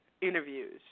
interviews